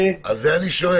אז את זה אני שואל.